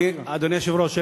אדוני היושב-ראש,